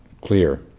clear